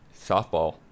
Softball